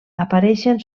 apareixen